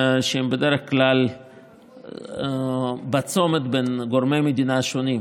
שהם בדרך כלל בצומת בין גורמי מדינה שונים,